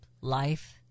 life